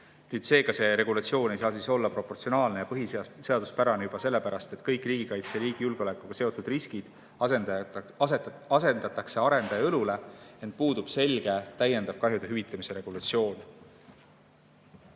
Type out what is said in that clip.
Seega, see regulatsioon ei saa olla proportsionaalne ja põhiseaduspärane juba sellepärast, et kõik riigikaitse ja riigi julgeolekuga seotud riskid asetatakse arendaja õlule, ent puudub selge täiendav kahjude hüvitamise regulatsioon.